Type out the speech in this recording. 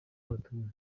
batuye